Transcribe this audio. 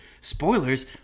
spoilers